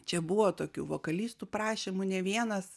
čia buvo tokių vokalistų prašymų ne vienas